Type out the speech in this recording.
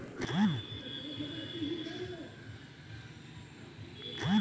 पोषण विशेषज्ञ वैज्ञानिक संग पोषक आ संतुलित आहार तैयार करै लेल सूत्र बनाबै छै